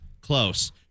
Close